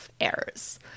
errors